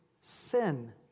sin